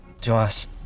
Josh